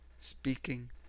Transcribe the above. Speaking